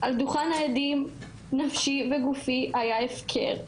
על דוכן העדים נפשי וגופי היה הפקר.